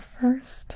first